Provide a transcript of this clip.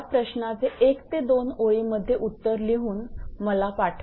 या प्रश्नाचे एक ते दोन ओळींमध्ये उत्तर लिहून मला पाठवा